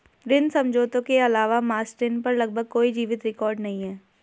ऋण समझौते के अलावा मास्टेन पर लगभग कोई जीवित रिकॉर्ड नहीं है